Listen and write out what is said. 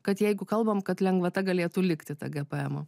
kad jeigu kalbam kad lengvata galėtų likti ta gpm